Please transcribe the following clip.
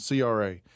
CRA